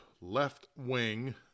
left-wing